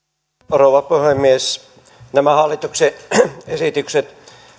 rouva puhemies nämä hallituksen esityksen